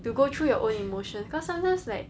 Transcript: to go through your own emotions cause sometimes like